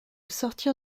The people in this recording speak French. sortir